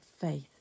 faith